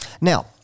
Now